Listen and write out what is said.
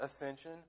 ascension